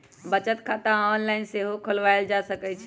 बचत खता ऑनलाइन सेहो खोलवायल जा सकइ छइ